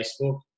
Facebook